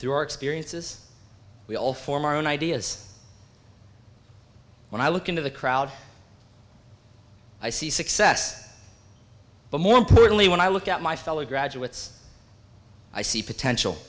our experiences we all form our own ideas when i look into the crowd i see success but more importantly when i look at my fellow graduates i see potential